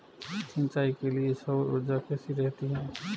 सिंचाई के लिए सौर ऊर्जा कैसी रहती है?